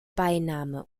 beiname